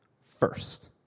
first